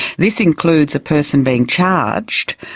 this includes a person being charged,